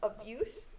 abuse